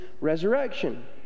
resurrection